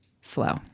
flow